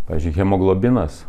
pavyzdžiui hemoglobinas